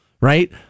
Right